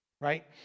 right